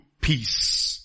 peace